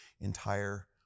entire